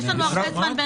יש לנו הרבה זמן.